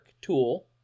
tool